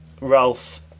Ralph